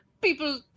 People